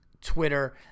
Twitter